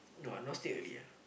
no ah now still early ah